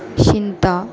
Shilpa